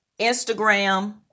Instagram